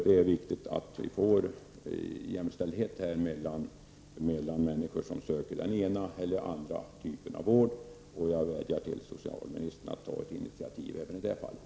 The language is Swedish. Vi måste ha jämställdhet mellan människorna, oavsett vilken typ av vård de söker. Jag vädjar till socialministern att ta ett initiativ även i det fallet.